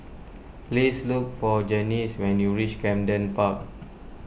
please look for Janyce when you reach Camden Park